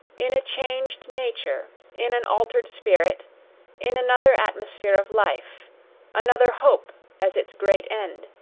in a changed nature in an altered spirit in another atmosphere of life another hope as its great end.